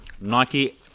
Nike